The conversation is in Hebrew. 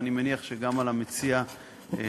ואני מניח שגם על המציע הנוסף,